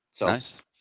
Nice